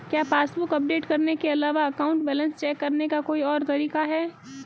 क्या passbook update करने के अलावा अकाउंट बैलेंस चेक करने का कोई और तरीका है?